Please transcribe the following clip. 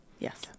Yes